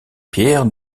pierre